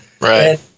Right